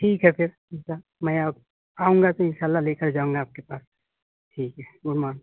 ٹھیک ہے پھر میں اب آؤں گا تو انشاء اللہ لے کر جاؤں گا آپ کے پاس ٹھیک ہے گڈ مارننگ